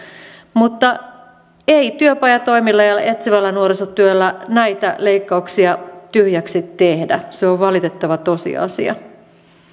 mutta ei työpajatoimilla ja etsivällä nuorisotyöllä näitä leikkauksia tyhjäksi tehdä se on valitettava tosiasia